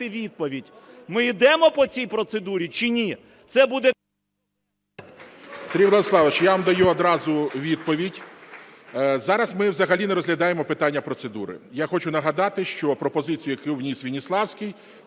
відповідь: ми йдемо по цій процедурі чи ні?